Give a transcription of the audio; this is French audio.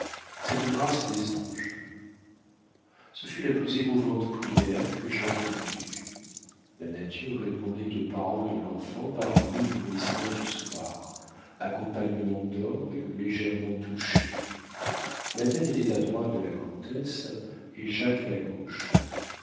cette grâce des anges ce fut la plus émouvante prière que j'aie entendue la nature répondait aux paroles de l'enfant par les mille bruissements du soir accompagnement d'orgue légèrement touché madeleine était à droite de la comtesse et jacques à la gauche